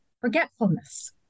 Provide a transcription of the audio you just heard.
forgetfulness